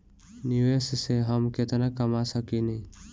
निवेश से हम केतना कमा सकेनी?